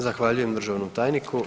Zahvaljujem državnom tajniku.